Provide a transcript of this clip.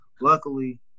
Luckily